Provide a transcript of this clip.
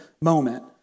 moment